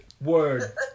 Word